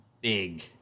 big